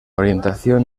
orientación